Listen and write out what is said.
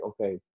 okay